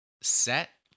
set